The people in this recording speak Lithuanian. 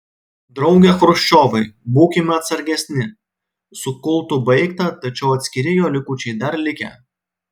drauge chruščiovai būkime atsargesni su kultu baigta tačiau atskiri jo likučiai dar likę